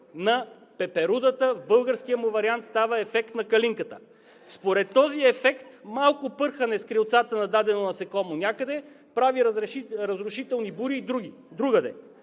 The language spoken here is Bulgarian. на пеперудата, в българския му вариант става ефект на калинката. Според този ефект малко пърхане с крилцата на дадено насекомо някъде, прави разрушителни бури другаде.